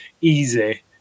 easy